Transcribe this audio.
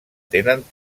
tenen